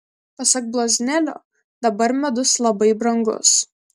pasak bloznelio dabar medus labai brangus